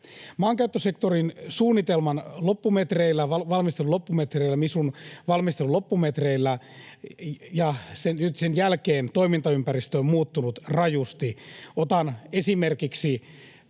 Maankäyttösektorin suunnitelman loppumetreillä, MISUn valmistelun loppumetreillä, ja nyt sen jälkeen toimintaympäristö on muuttunut rajusti.